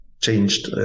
changed